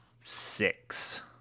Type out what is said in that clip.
Six